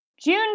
June